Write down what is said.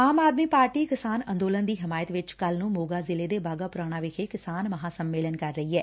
ਆਮ Aadmi Party ਕਿਸਾਨ ਅੰਦੋਲਨ ਦੀ ਹਮਾਇਤ ਵਿਚ ਕੱਲੂ ਨੂੰ ਮੋਗਾ ਜ਼ਿਲ੍ਹੇ ਦੇ ਬਾਘਾ ਪੁਰਾਣਾ ਵਿਖੇ ਕਿਸਾਨ ਮਹਾਂ ਸੰਮੇਲਨ ਕਰ ਰਹੀ ਐ